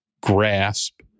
grasp